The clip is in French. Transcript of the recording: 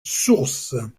sources